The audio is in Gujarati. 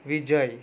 વિજય